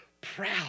proud